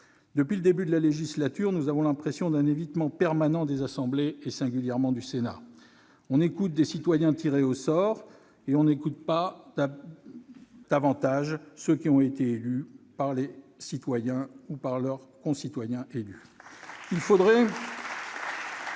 Depuis le début de la législature, nous avons l'impression d'un évitement permanent des assemblées, singulièrement du Sénat. On écoute des citoyens tirés au sort, mais on ne prête pas davantage attention aux propos de ceux qui ont été élus par les citoyens ou par leurs concitoyens eux-mêmes élus.